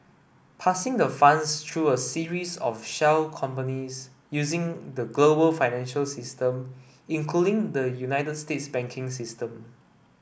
passing the funds through a series of shell companies using the global financial system including the United States banking system